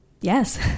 Yes